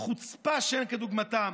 חוצפה שאין כדוגמתה,